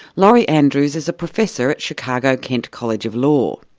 lori andrews is a professor at chicago-kent college of law.